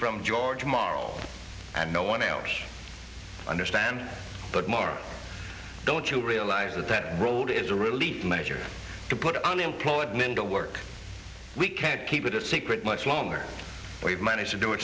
from george marshall and no one else understand but more don't you realize that that role is a relief measure to put unemployed men to work we can't keep it a secret much longer we've managed to do it